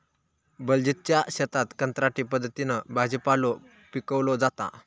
बलजीतच्या शेतात कंत्राटी पद्धतीन भाजीपालो पिकवलो जाता